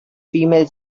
female